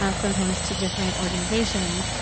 ah sometimes to different organizations,